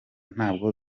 ntabwo